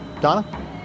Donna